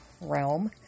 realm